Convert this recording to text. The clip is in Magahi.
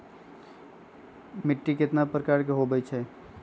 मिट्टी कतना प्रकार के होवैछे?